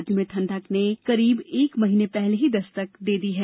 राज्य में ठंडक ने भी करीब एक महीने पहले दस्तक दे दी है